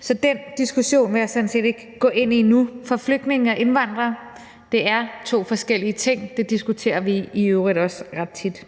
så den diskussion vil jeg sådan set ikke gå ind i nu, for flygtninge og indvandrere er to forskellige ting. Det diskuterer vi i øvrigt også ret tit.